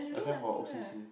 except for o_c_c